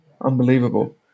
Unbelievable